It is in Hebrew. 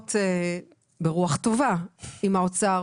מלחמות ברוח טובה עם האוצר.